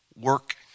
work